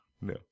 No